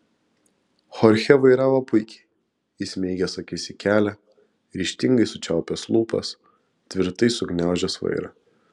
chorchė vairavo puikiai įsmeigęs akis į kelią ryžtingai sučiaupęs lūpas tvirtai sugniaužęs vairą